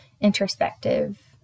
introspective